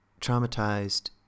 traumatized